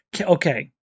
okay